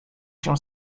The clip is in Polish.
się